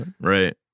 right